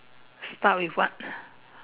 start with what